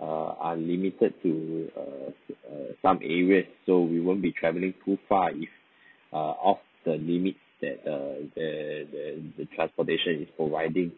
err are limited to err err some areas so we won't be travelling too far east err of the limit that err the the the transportation is providing